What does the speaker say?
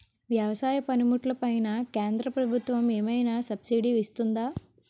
వ్యవసాయ పనిముట్లు పైన కేంద్రప్రభుత్వం ఏమైనా సబ్సిడీ ఇస్తుందా?